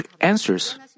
answers